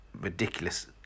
ridiculous